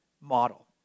model